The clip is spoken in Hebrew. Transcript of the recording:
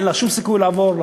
אין לו שום סיכוי לעבור.